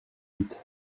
vite